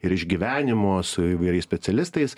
ir išgyvenimo su įvairiais specialistais